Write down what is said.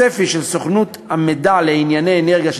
הצפי של סוכנות המידע לענייני אנרגיה של